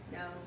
no